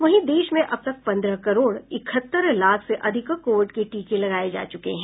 वहीं देश में अब तक पंद्रह करोड़ इकहत्तर लाख से अधिक कोविड के टीके लगाए जा चुके हैं